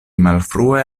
malfrue